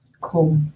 Cool